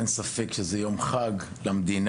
אין ספק שזה הוא יום חג למדינה,